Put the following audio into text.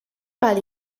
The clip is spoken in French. par